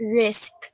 risk